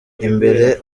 imbere